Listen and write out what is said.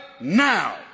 now